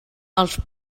els